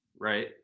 right